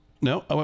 no